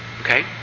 okay